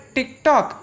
TikTok